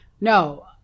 No